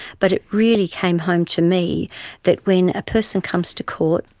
but it really came home to me that when a person comes to court,